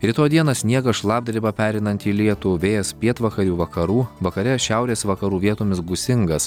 rytoj dieną sniegas šlapdriba pereinanti į lietų vėjas pietvakarių vakarų vakare šiaurės vakarų vietomis gūsingas